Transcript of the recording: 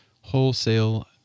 wholesale